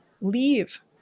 leave